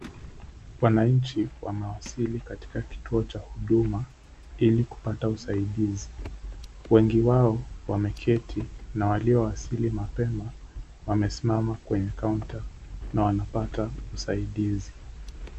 Wananchi wamewasili katika kituo cha huduma ili kupata usaidizi. Wengi wao wameketi na waliowasili mapema wamesimama kwenye kaunta na wanapata usaidizi.